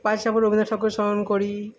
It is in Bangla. বাইশে শ্রাবণ রবীন্দ্রনাথ ঠাকুরকে স্মরণ করি